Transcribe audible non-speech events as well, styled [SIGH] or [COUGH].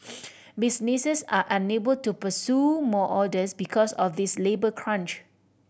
[NOISE] businesses are unable to pursue more orders because of this labour crunch